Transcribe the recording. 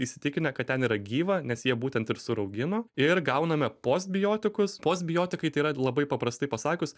įsitikinę kad ten yra gyva nes jie būtent ir suraugino ir gauname postbiotikus postbiotikai tai yra labai paprastai pasakius